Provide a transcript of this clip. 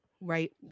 Right